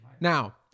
Now